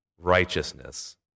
righteousness